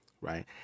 right